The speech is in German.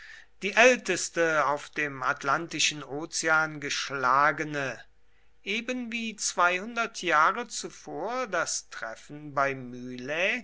die älteste auf dem atlantischen ozean geschlagene ebenwie zweihundert jahre zuvor das treffen bei